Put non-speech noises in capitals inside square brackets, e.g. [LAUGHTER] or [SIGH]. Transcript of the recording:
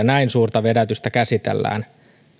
[UNINTELLIGIBLE] näin suurta vedätystä käsitellään